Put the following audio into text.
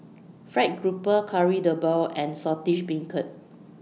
Fried Grouper Kari Debal and Saltish Beancurd